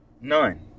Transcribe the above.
None